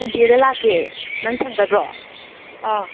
ꯁꯟꯗꯦꯗ ꯂꯥꯛꯀꯦ ꯅꯪ ꯁꯪꯒꯗ꯭ꯔꯣ ꯑꯥ